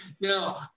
Now